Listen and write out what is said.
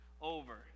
over